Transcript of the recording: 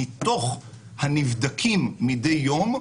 מתוך הנבדקים מדי יום